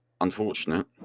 unfortunate